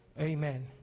Amen